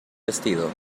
vestido